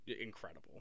incredible